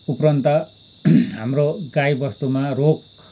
उप्रान्त हाम्रो गाई बस्तुमा रोग